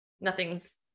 nothing's